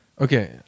Okay